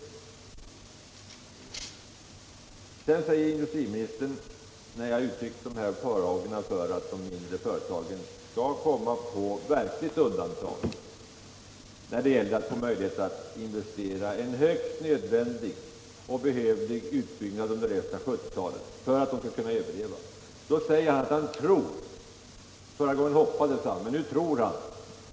Sedan säger industriministern, när jag uttryckt farhågor för att de mindre företagen skall komma på verkligt undantag då det gäller deras möjligheter att investera i en högst nödvändig utbyggnad under resten av 1970-talet för att de skall kunna överleva, att han tror — förra gången hoppades han, men nu tror han!